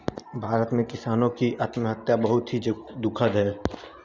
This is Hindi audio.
भारत में किसानों की आत्महत्या बहुत ही दुखद है